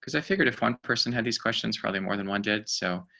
because i figured if one person had these questions, probably more than one did so.